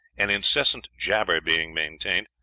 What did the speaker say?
an incessant jabber being maintained,